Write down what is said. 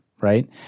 right